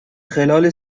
خلال